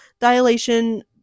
dilation